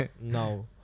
no